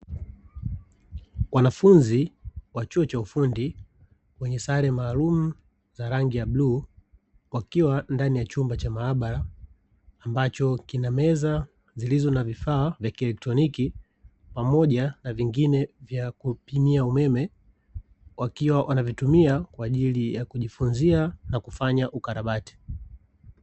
Wanafunzi wa chuo cha ufundi wenye sare maalumu za rangi ya bluu wakiwa ndani ya chumba cha maabara, ambacho kina meza zilizo na vifaa vya kieletroniki pamoja na vingine vya kupimia umeme wakiwa wanavitumia kwa ajili ya kujifunzia na kufanya ukarabati.